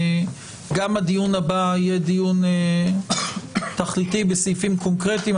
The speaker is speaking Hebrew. גם הדיון הבא יהיה תכליתי בסעיפים קונקרטיים.